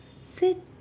sit